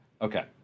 Okay